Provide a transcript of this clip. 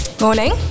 Morning